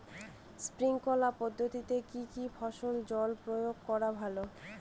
Sprinkler পদ্ধতিতে কি কী ফসলে জল প্রয়োগ করা ভালো?